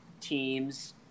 teams